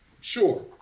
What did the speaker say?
sure